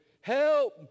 help